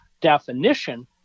definition